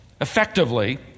effectively